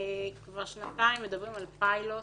כבר שנתיים מדברים על פיילוט